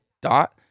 Dot